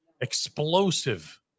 explosive